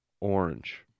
orange